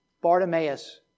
Bartimaeus